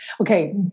Okay